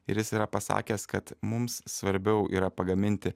ir jis yra pasakęs kad mums svarbiau yra pagaminti